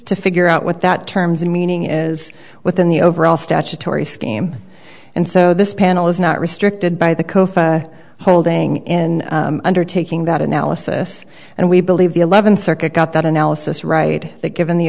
to figure out what that terms the meaning is within the overall statutory scheme and so this panel is not restricted by the kofa holding in undertaking that analysis and we believe the eleventh circuit got that analysis right that given the